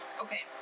Okay